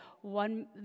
one